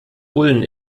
bullen